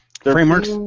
Frameworks